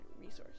resource